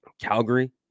Calgary